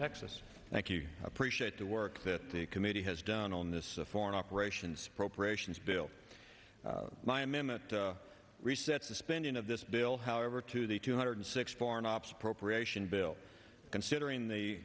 texas thank you appreciate the work that the committee has done on this foreign operations appropriations bill my minute resets the spending of this bill however to the two hundred six foreign ops appropriation bill considering the